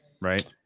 Right